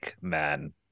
man